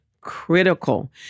critical